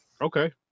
okay